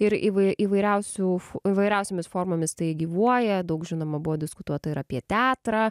ir įvai įvairiausių įvairiausiomis formomis tai gyvuoja daug žinoma buvo diskutuota ir apie teatrą